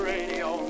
Radio